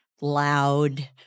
loud